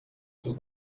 does